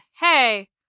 hey